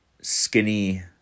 skinny